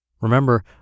Remember